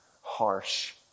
harsh